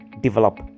develop